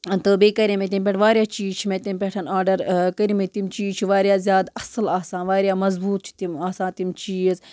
تہٕ بیٚیہِ کَرے مےٚ تیٚمہِ پٮ۪ٹھ وارِیاہ چیٖز چھِ مےٚ تمہِ پٮ۪ٹھ آرڈر کٔرۍ مٕتۍ تِم چیٖز چھِ وارِیاہ زیادٕ اَصٕل آسان وارِیاہ مَضبوٗط چھِ تِم آسان تِم چیٖز